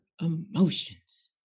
emotions